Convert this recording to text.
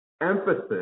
Emphasis